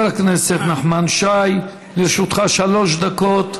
חבר הכנסת נחמן שי, לרשותך שלוש דקות.